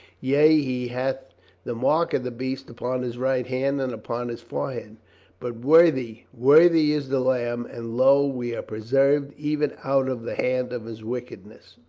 yea, he hath the mark of the beast upon his right hand and upon his forehead. but worthy, worthy is the lamb, and lo, we are preserved even out of the hand of his wick edness.